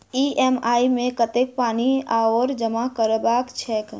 EMI मे कतेक पानि आओर जमा करबाक छैक?